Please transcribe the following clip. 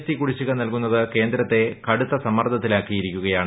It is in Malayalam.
ടി കുടിശ്ശിക നൽകുന്നത് കേന്ദ്രത്തെ കടുത്ത സമ്മർദ്ദത്തിലാക്കിയിരിക്കയാണ്